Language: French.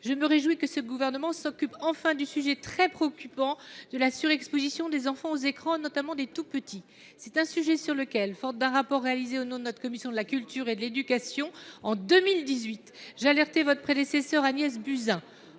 Je me réjouis que ce gouvernement s’occupe enfin du sujet très préoccupant de la surexposition des enfants aux écrans, notamment des tout petits. C’est un sujet sur lequel, forte d’un rapport réalisé au nom de notre la commission de la culture, de l’éducation, de la communication et du sport en 2018, j’avais alerté votre prédécesseure Agnès Buzyn.